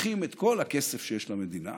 לוקחים את כל הכסף שיש למדינה